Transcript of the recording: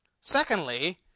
Secondly